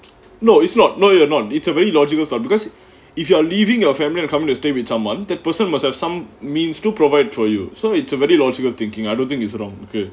no it's not no you're not it's a very logical because if you are leaving your family and coming to stay with someone that person must have some means to provide for you so it's a very logical thinking I don't think it's wrong okay